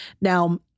Now